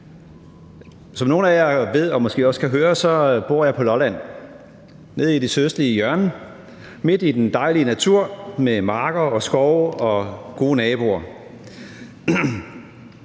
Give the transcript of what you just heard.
Som nogle af jer ved og måske også kan høre, bor jeg på Lolland, nede i det sydøstlige hjørne, midt i den dejlige natur med marker, skove og gode naboer.